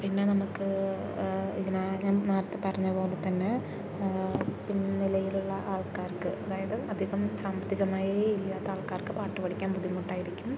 പിന്നെ നമുക്ക് ഇതിനെ ഞാൻ നേരത്തെ പറഞ്ഞ പോലെത്തന്നെ പിൻ നിലയിലുള്ള ആൾക്കാർക്ക് അതായത് അധികം സാമ്പത്തികമായി ഇല്ലാത്ത ആൾക്കാർക്ക് പാട്ടു പഠിക്കാൻ ബുദ്ധിമുട്ടായിരിക്കും